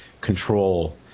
control